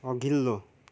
अघिल्लो